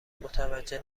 متوجه